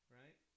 right